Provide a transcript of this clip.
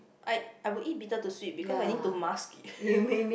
I I would eat bitter to sweet because I need to mask it